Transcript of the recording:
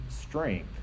strength